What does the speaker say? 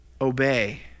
obey